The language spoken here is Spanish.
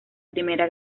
primera